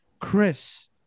chris